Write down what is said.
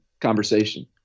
conversation